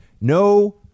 No